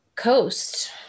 coast